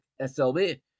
slb